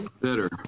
better